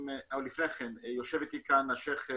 יושב איתי כאן השיח'